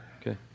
Okay